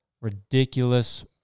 ridiculous